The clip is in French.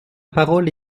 parole